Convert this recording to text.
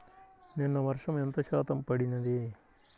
నిన్న వర్షము ఎంత శాతము పడినది?